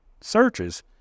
searches